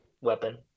weapon